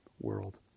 world